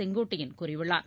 செங்கோட்டையன் கூறியுள்ளார்